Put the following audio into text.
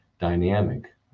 dynamic